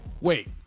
Wait